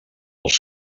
els